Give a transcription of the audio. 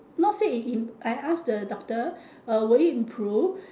not say it in I I ask the doctor uh will it improved